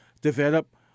develop